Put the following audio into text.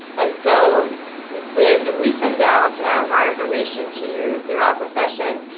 and so when we send out um our information to you throughout the session,